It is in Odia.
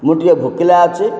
ମୁଁ ଟିକେ ଭୋକିଲା ଅଛି